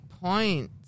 points